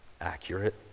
accurate